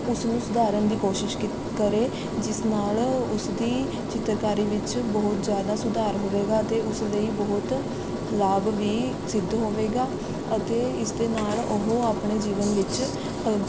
ਉਸਨੂੰ ਸੁਧਾਰਨ ਦੀ ਕੋਸ਼ਿਸ਼ ਕੀਤ ਕਰੇ ਜਿਸ ਨਾਲ਼ ਉਸ ਦੀ ਚਿੱਤਰਕਾਰੀ ਵਿੱਚ ਬਹੁਤ ਜ਼ਿਆਦਾ ਸੁਧਾਰ ਹੋਵੇਗਾ ਅਤੇ ਉਸ ਲਈ ਬਹੁਤ ਲਾਭ ਵੀ ਸਿੱਧ ਹੋਵੇਗਾ ਅਤੇ ਇਸ ਦੇ ਨਾਲ਼ ਉਹ ਆਪਣੇ ਜੀਵਨ ਵਿੱਚ